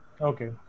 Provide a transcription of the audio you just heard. Okay